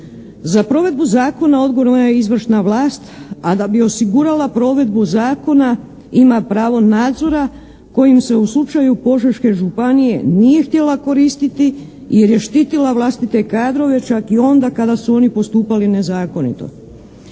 Za provedbu zakona odgovorna je izvršna vlast, a da bi osigurala provedbu zakona ima pravo nadzora kojim se u slučaju Požeške županije nije htjela koristiti jer je štitila vlastite kadrove čak i onda kada su oni postupali nezakonito.